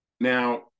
Now